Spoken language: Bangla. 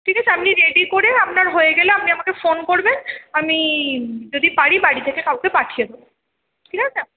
ঠিক আছে আপনি রেডি করে আপনার হয়ে গেলে আপনি আমাকে ফোন করবেন আমি যদি পারি বাড়ি থেকে কাউকে পাঠিয়ে দেব ঠিক আছে